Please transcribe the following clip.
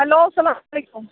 hello سلام علیکُم